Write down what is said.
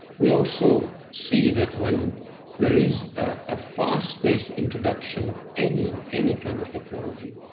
we also see that when there is a fast-paced introduction of any any kind of technology,